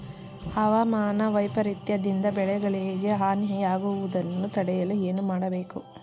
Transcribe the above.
ಹವಾಮಾನ ವೈಪರಿತ್ಯ ದಿಂದ ಬೆಳೆಗಳಿಗೆ ಹಾನಿ ಯಾಗುವುದನ್ನು ತಡೆಯಲು ಏನು ಮಾಡಬೇಕು?